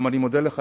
גם אני מודה לך,